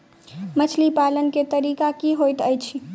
मछली पालन केँ तरीका की होइत अछि?